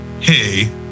hey